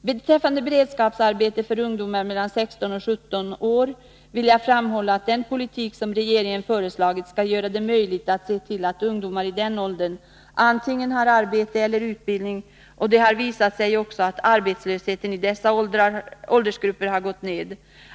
Beträffande beredskapsarbete för ungdomar mellan 16 och 17 år vill jag framhålla att den politik som regeringen föreslagit skall göra det möjligt att se till att ungdomar i den åldern antingen har arbete eller deltar i utbildning. Det har också visat sig att arbetslösheten i dessa åldersgrupper har gått ned.